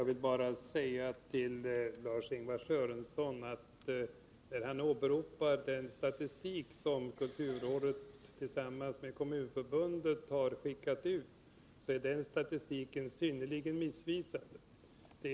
Herr talman! Lars-Ingvar Sörenson åberopar den statistik som kulturrådet tillsammans med Kommunförbundet skickat ut. Jag vill bara säga att denna statistik är synnerligen missvisande.